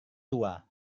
tua